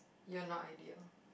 you're not ideal